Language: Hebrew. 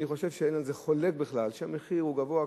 אני חושב שאין חולק בכלל על זה שהמחיר הוא גבוה,